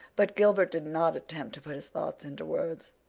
but gilbert did not attempt to put his thoughts into words,